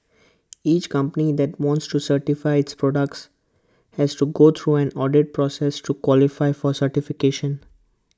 each company that wants to certify its products has to go through an audit process to qualify for certification